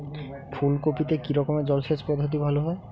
ফুলকপিতে কি রকমের জলসেচ পদ্ধতি ভালো হয়?